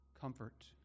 comfort